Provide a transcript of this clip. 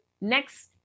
next